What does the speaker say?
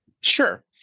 Sure